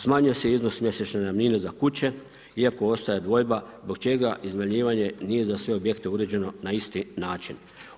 Smanjuje se iznos mjesečne najamnine za kuće iako ostaje dvojba zbog čega iznajmljivanje nije za sve objekte uređeno na isti način?